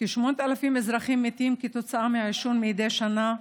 כ-8,000 אזרחים מתים מעישון מדי שנה.